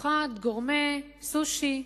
ארוחת גורמה, סושי,